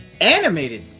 animated